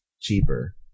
cheaper